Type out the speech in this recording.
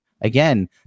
again